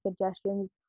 suggestions